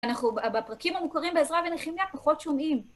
אנחנו בפרקים המוכרים בעזרא ונחמיה פחות שומעים.